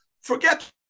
Forget